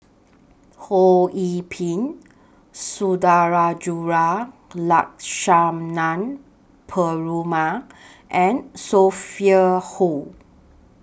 Ho Yee Ping Sundarajulu Lakshmana Perumal and Sophia Hull